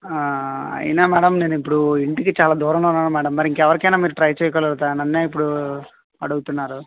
అయినా మేడం నేను ఇప్పుడూ ఇంటికి చాలా దూరంలో ఉన్నాను మేడం మీరు ఇంకెవరికైన మీరు ట్రై చేయగలుగుతారా నన్నే ఇప్పుడు అడుగుతున్నారు